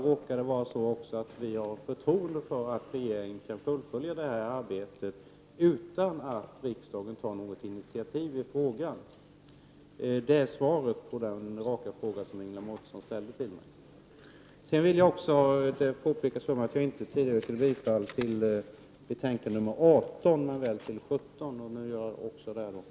Vi har också förtroende för regeringen, att regeringen kan fullfölja det här arbetet utan att riksdagen tar något initiativ i frågan. Det är svaret på den raka fråga som Ingela Mårtensson ställde till mig. Jag vill även påpeka att jag tidigare inte yrkade bifall till hemställan i betänkande nr 18, men väl till nr 17. Nu gör jag det också.